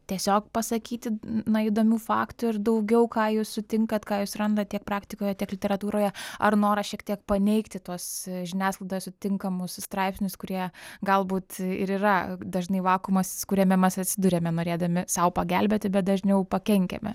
tiesiog pasakyti na įdomių faktų ir daugiau ką jūs sutinkat ką jūs randat tiek praktikoje tiek literatūroje ar noras šiek tiek paneigti tuos žiniasklaidoje sutinkamus straipsnius kurie galbūt ir yra dažnai vakuumas kuriame mes atsiduriame norėdami sau pagelbėti bet dažniau pakenkiame